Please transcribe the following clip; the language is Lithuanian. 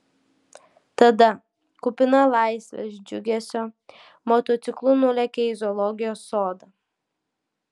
tada kupina laisvės džiugesio motociklu nulėkė į zoologijos sodą